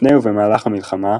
לפני ובמהלך המלחמה,